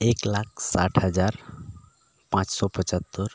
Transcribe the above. ᱮᱹᱠ ᱞᱟᱠ ᱥᱟᱭᱴ ᱦᱟᱡᱟᱨ ᱯᱟᱸᱪ ᱥᱚ ᱯᱚᱪᱟᱛᱛᱳᱨ